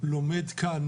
לומד כאן,